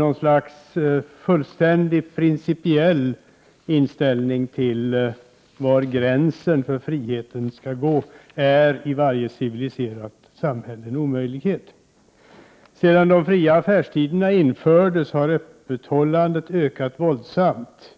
En fullständigt principiell inställning till var gränsen för friheten skall gå är i varje civiliserat samhälle en omöjlighet. Sedan de fria affärstiderna infördes har öppethållandet ökat våldsamt.